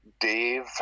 Dave